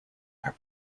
are